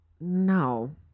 No